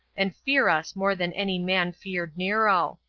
and fear us more than any man feared nero.